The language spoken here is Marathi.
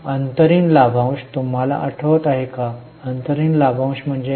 अंतरिम लाभांश तुम्हाला आठवते काय अंतरिम लाभांश म्हणजे काय